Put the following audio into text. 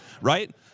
right